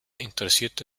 interessierte